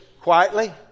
quietly